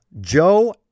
joe